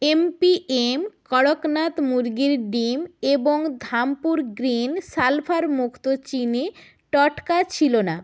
MPM Kadaknath মুরগির ডিম এবং ধাম্পুর গ্রিন সালফারমুক্ত চিনি টাটকা ছিল না